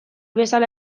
bezala